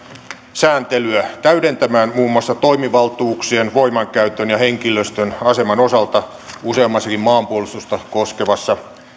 sääntelyä täydentämään muun muassa toimivaltuuksien voimankäytön ja henkilöstön aseman osalta useammassakin maanpuolustusta koskevassa